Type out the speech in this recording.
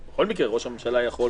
רק שבכל מקרה ראש הממשלה יכול,